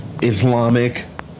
Islamic